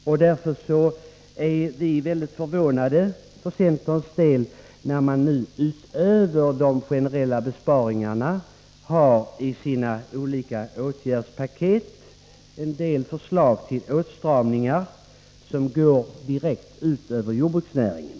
Därför är vi inom centern väldigt förvånade över att regeringen i sitt åtgärdspaket utöver de generella besparingarna föreslår åtstramningar som direkt går ut över jordbruksnäringen.